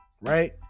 right